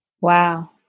Wow